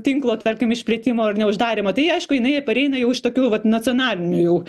tinklo tarkim išplėtimo ar ne uždarymo tai aišku jinai pareina jau iš tokių vat nacionalinių jau